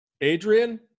Adrian